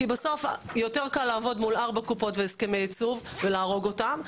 כי בסוף יותר קל לעבוד מול ארבע קופות והסכמי ייצוב ולהרוג אותן,